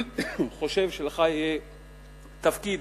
חושב שלך יהיה תפקיד